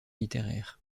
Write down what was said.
littéraires